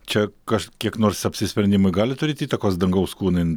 čia kas kiek nors apsisprendimui gali turėt įtakos dangaus kūnai